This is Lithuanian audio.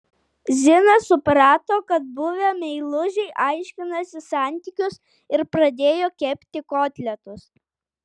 zina suprato kad buvę meilužiai aiškinasi santykius ir pradėjo kepti kotletus